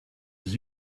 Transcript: his